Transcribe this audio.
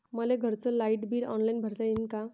मले घरचं light bill online भरता येईन का?